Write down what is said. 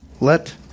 Let